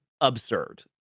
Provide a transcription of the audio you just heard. absurd